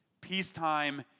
peacetime